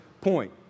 point